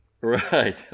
right